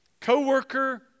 Coworker